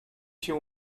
się